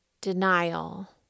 denial